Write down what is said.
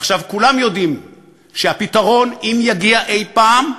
עכשיו, כולם יודעים שהפתרון, אם יגיע אי-פעם,